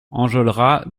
enjolras